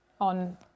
on